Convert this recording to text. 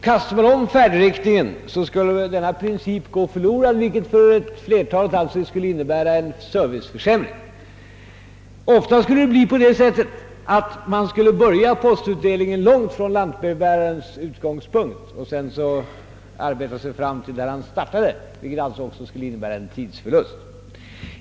Kastar man om färdriktningen skulle denna princip inte kunna tillämpas, vilket för ett flertal kanske skulle innebära en serviceförsämring. Ofta skulle det bli på det sättet att lantbrevbäraren skulle börja postutbärningen långt ifrån sin utgångspunkt, och sedan skulle han arbeta sig fram till den punkt där han förut startade, vilket också skulle innebära en tidsförlust.